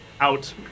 out